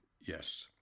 yes